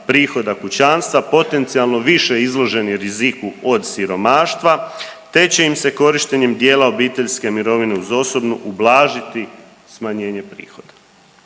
prihoda kućanstva, potencijalno više izloženi riziku od siromaštva te će im se korištenjem dijela obiteljske mirovine uz osobnu ublažiti smanjenje prihoda.